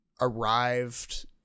arrived